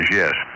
yes